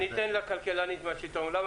אתן לכלכלית מהשלטון המקומי.